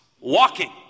Walking